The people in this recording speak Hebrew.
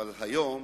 אבל היום